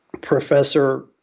professor